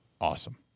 Awesome